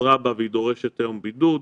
חזרה בה והיא דורשת היום בידוד.